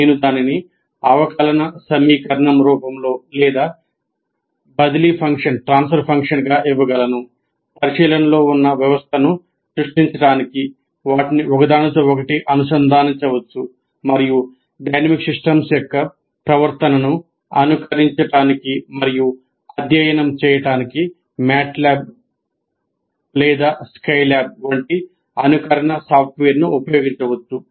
నేను దానిని అవకలన సమీకరణం రూపంలో లేదా బదిలీ ఫంక్షన్ వంటి అనుకరణ సాఫ్ట్వేర్ను ఉపయోగించవచ్చు